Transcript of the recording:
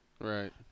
Right